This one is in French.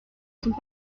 sont